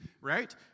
right